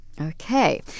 Okay